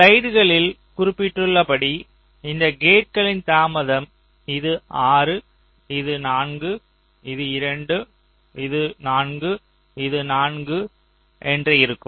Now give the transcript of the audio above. ஸ்லைடுகளில் குறிப்பிடப்பட்டுள்ளபடி இந்த கேட்களின் தாமதம் இது 6 இது 4 இது 2 இது 4 இது 4 என்று இருக்கும்